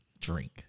drink